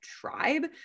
tribe